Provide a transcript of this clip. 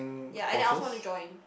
ya and I also want to join